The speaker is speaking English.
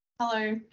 Hello